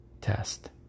test